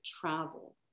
travel